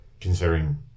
considering